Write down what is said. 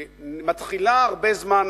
שמתחילה הרבה זמן